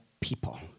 people